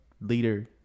leader